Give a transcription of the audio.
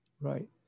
Right